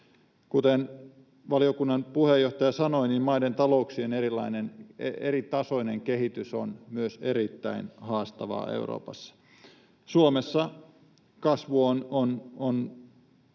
Kuten valiokunnan puheenjohtaja sanoi, maiden talouksien eritasoinen kehitys on myös erittäin haastavaa Euroopassa. Suomessa kasvu on